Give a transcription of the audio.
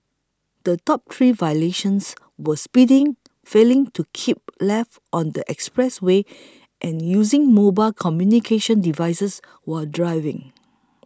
the top three violations were speeding failing to keep left on the expressway and using mobile communications devices while driving